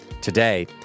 Today